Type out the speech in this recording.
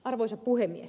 arvoisa puhemies